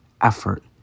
effort